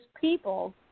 people